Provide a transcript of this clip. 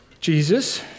Jesus